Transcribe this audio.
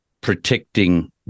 protecting